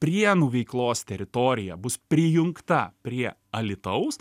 prienų veiklos teritorija bus prijungta prie alytaus